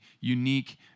unique